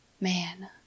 Man